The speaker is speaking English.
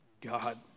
God